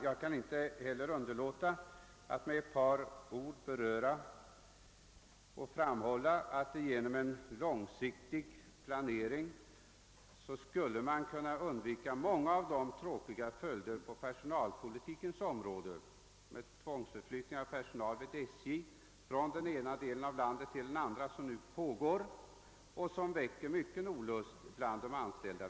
Jag kan inte heller underlåta att framhålla att SJ genom en långsiktig planering skulle kunna undvika många av de beklagliga konsekvenser på personalpolitikens område — tt.ex. tvångsförflyttningar av personal från en del av landet till en annan — Som nu gör sig gällande och som väcker mycken olust bland de anställda.